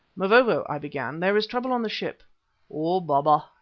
mavovo, i began, there is trouble on the ship o baba,